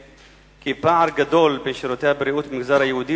יש פער גדול בין שירותי הבריאות במגזר היהודי